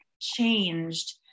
changed